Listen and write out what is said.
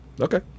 Okay